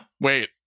wait